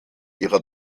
ihrer